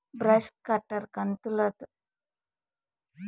Brush cutter కంతులలో బాగుండేది cutter ఏది?